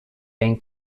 been